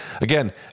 again